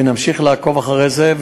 ונמשיך לעקוב אחרי זה.